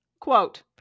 quote